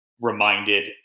reminded